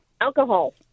Alcohol